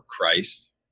christ